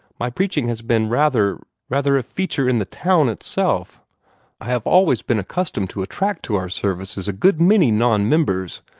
my preaching has been rather rather a feature in the town itself i have always been accustomed to attract to our services a good many non-members,